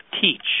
teach